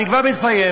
אני כבר מסיים.